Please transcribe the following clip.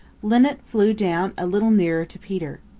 linnet flew down a little nearer to peter.